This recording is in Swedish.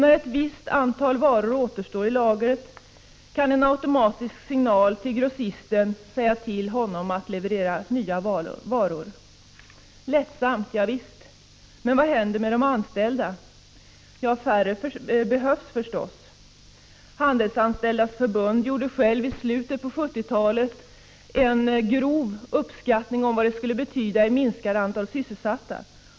När ett visst antal varor återstår i lagret avges automatiskt en signal till grossisten, som uppmanas att leverera nya varor. Lättsamt — javisst! Men vad händer med de anställda? Ja, det behövs förstås färre. På Handelsanställdas förbund gjorde man själv i slutet av 1970-talet en grov uppskattning av hur stor minskningen av antalet sysselsatta skulle bli.